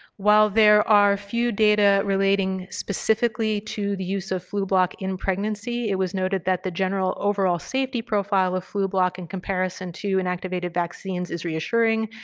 while there are few data relating specifically to the use of flublok in pregnancy, it was noted that the general overall safety profile of flublok in comparison to inactivated vaccines is reassuring.